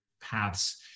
paths